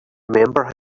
remember